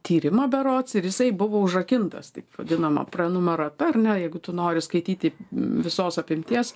tyrimą berods ir jisai buvo užrakintas taip vadinama prenumerata ar ne jeigu tu nori skaityti visos apimties